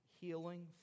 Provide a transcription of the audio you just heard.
Healing